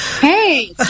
Hey